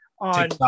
on